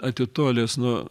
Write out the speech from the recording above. atitolęs nuo